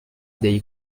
dei